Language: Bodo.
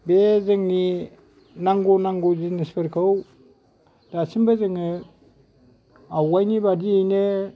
बे जोंनि नांगौ नांगौ जिनिस फोरखौ दासिमबो जोङो आवगायनि बादियैनो